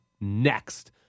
next